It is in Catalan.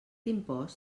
import